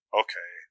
okay